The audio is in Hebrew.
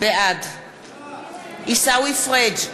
בעד עיסאווי פריג'